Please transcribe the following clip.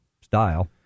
style